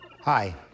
Hi